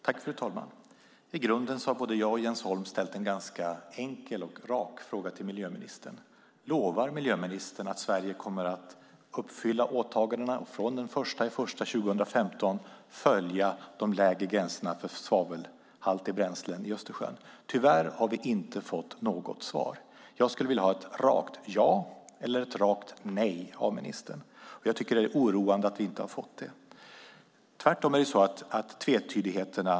Fru talman! I grunden har både jag och Jens Holm ställt en ganska enkel och rak fråga till miljöministern: Lovar miljöministern att Sverige kommer att uppfylla åtagandena och från den 1 januari 2015 följa de lägre gränserna för svavelhaltiga bränslen i Östersjön? Tyvärr har vi inte fått något svar. Jag skulle vilja ha ett rakt ja eller ett rakt nej från ministern. Det är oroande att vi inte har fått det. Tvärtom ökar tvetydigheterna.